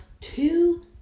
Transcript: two